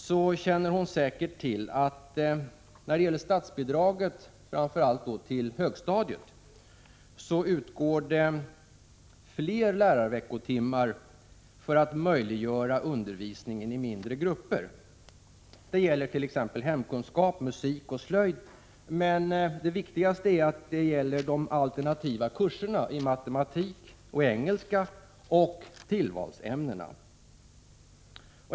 Hon känner säkert till när det gäller statsbidragen till högstadiet att det utgår fler lärarveckotimmar för att möjliggöra undervisning i mindre grupper. Detta gäller t.ex. hemkunskap, musik och slöjd. Men det viktigaste är att det gäller de alternativa kurserna i matematik och engelska samt tillvalsämnena.